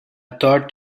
thought